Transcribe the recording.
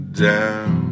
down